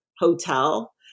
hotel